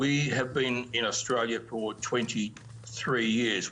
נמצאים באוסטרליה כבר 23 שנה,